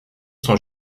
sont